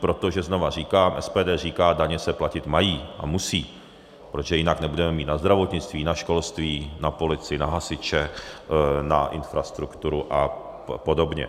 Protože znova říkám, SPD říká, daně se platit mají a musí, protože jinak nebudeme mít na zdravotnictví, na školství, na policii, na hasiče, na infrastrukturu a podobně.